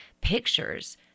pictures